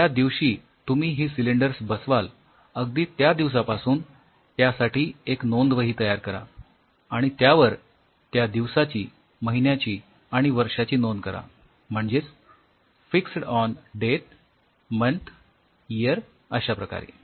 ज्या दिवशी तुम्ही ही सिलिंडर्स बसवाल अगदी त्या दिवसापासून त्यासाठी एक नोंदवही तयार करा आणि त्यावर त्या दिवसाची महिन्याची आणि वर्षाची नोंद करा म्हणजेच fixed on date month year fixed on date month and year अश्याप्रकारे